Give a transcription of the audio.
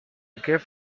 gift